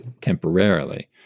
temporarily